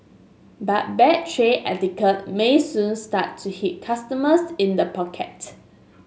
but bad tray etiquette may soon start to hit customers in the pocket